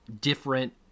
different